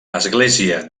església